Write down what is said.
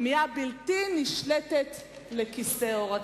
כמיהה בלתי נשלטת לכיסא עור הצבי.